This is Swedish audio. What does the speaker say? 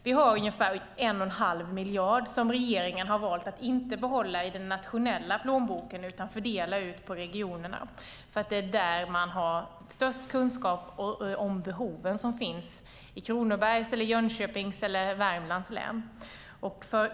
Vi har ungefär 1 1⁄2 miljard som regeringen har valt att inte behålla i den nationella plånboken utan fördela ut på regionerna, för det är där man har störst kunskap om de behov som finns i Kronobergs, Jönköpings eller Värmlands län.